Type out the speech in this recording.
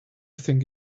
think